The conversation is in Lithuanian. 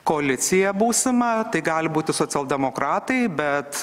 koaliciją būsimą tai gali būti socialdemokratai bet